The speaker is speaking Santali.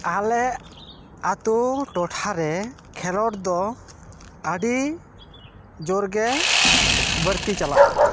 ᱟᱞᱮ ᱟᱹᱛᱩ ᱴᱚᱴᱷᱟ ᱨᱮ ᱠᱷᱮᱞᱳᱰ ᱫᱚ ᱟᱹᱰᱤ ᱡᱳᱨ ᱜᱮ ᱵᱟᱹᱲᱛᱤ ᱪᱟᱞᱟᱜ ᱠᱟᱱᱟ